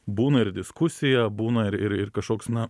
būna ir diskusija būna ir ir kažkoks na